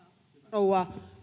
rouva